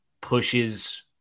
pushes